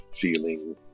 feeling